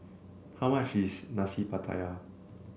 how much is Nasi Pattaya